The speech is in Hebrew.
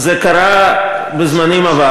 אבל הוא חזר, זה קרה בזמנים עברו.